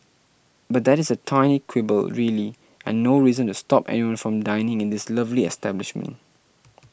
but that is a tiny quibble really and no reason to stop anyone from dining in this lovely establishment